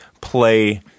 play